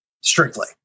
strictly